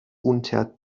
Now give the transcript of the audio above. unter